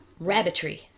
rabbitry